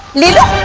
neither